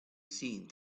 seen